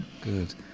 Good